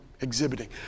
Exhibiting